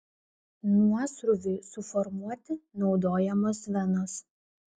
nuosrūviui suformuoti naudojamos venos